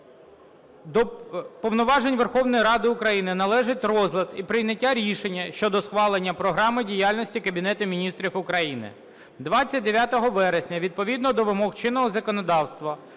до повноважень Верховної Ради України належить розгляд і прийняття рішення щодо схвалення Програми діяльності Кабінету Міністрів України. 29 вересня відповідно до вимог чинного законодавства